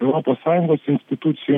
europos sąjungos institucijų